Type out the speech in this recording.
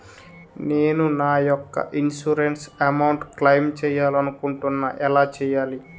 నేను నా యెక్క ఇన్సురెన్స్ అమౌంట్ ను క్లైమ్ చేయాలనుకుంటున్నా ఎలా చేయాలి?